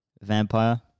Vampire